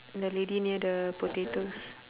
the lady near the potatoes